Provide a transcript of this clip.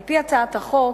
על-פי הצעת החוק,